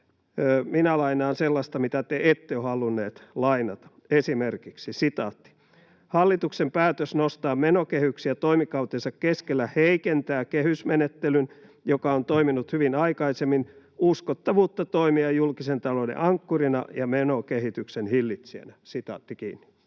Minä lainaan sellaista, mitä te ette ole halunneet lainata, esimerkiksi: ”Hallituksen päätös nostaa menokehyksiä toimikautensa keskellä heikentää kehysmenettelyn, joka on toiminut hyvin aikaisemmin, uskottavuutta toimia julkisen talouden ankkurina ja menokehityksen hillitsijänä.” [Speech